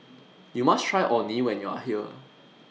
YOU must Try Orh Nee when YOU Are here